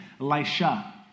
Elisha